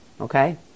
okay